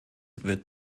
wird